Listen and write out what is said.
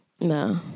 No